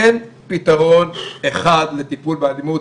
אין פתרון אחת לטיפול באלימות.